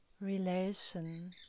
relation